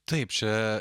taip čia